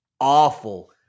awful